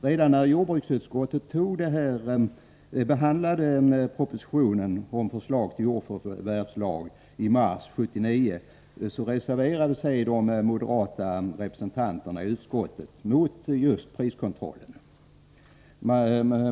Redan när jordbruksutskottet behandlade propositionen om förslag till jordförvärvslag i mars 1979 reserverade sig de moderata representanterna i utskottet mot just priskontrollen.